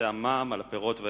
נושא המע"מ על הפירות והירקות.